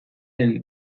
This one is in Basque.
den